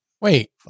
Wait